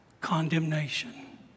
condemnation